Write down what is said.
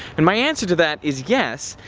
and my answer to that is yes,